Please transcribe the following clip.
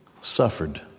suffered